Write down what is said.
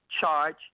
charge